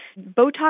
Botox